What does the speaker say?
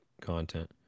content